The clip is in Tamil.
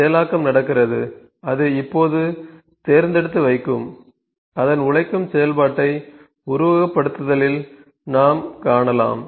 செயலாக்கம் நடக்கிறது அது இப்போது தேர்ந்தெடுத்து வைக்கும் அதன் உழைக்கும் செயல்பாட்டை உருவகப்படுத்துதலில் நாம் காணலாம்